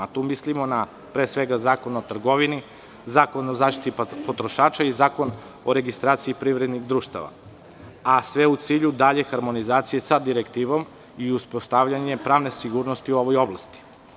Tu mislimo na, pre svega, Zakon o trgovini, Zakon o zaštiti potrošača i Zakon o registraciji privrednih društava, a sve u cilju dalje harmonizacije sa direktivom i uspostavljanje pravne sigurnosti u ovoj oblasti.